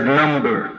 number